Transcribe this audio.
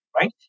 right